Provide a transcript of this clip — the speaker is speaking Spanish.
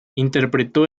interpretó